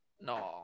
No